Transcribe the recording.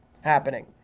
happening